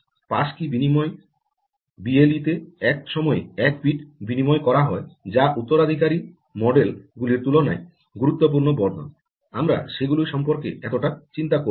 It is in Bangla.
পাস কী র বিনিময় বিএলই তে এক সময়ে এক bit বিনিময় করা হয় যা উত্তরাধিকারী মডেল গুলির তুলনায় গুরুত্বপূর্ণ বর্ধন আমরা সেগুলি সম্পর্কে এতটা চিন্তা করব না